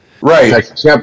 Right